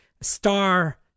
star